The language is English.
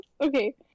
Okay